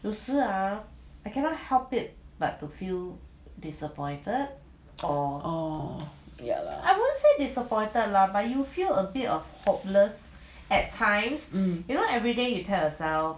um